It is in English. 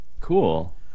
Cool